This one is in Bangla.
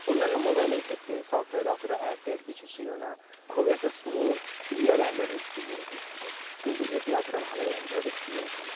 অন্যান্য মোবাইলের ক্ষেত্রে সফটওয়্যারে অতটা অ্যাড ট্যাড কিছু ছিল না খুবই একটা স্মুদ ক্লিয়ার অ্যান্ড্রয়েড এক্সপিরিয়েন্স দিচ্ছিল কিন্তু এতে অতটা ভালো অ্যান্ড্রয়েড এক্সপিরিয়েন্স নেই